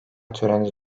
töreni